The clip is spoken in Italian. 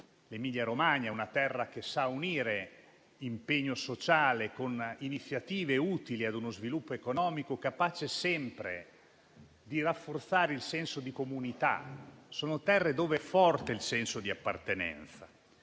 l'Emilia-Romagna è una terra che sa unire l'impegno sociale con iniziative utili ad uno sviluppo economico, capace sempre di rafforzare il senso di comunità. Sono terre dove è forte il senso di appartenenza.